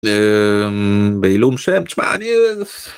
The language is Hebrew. בעילום שם, שמע...